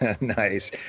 Nice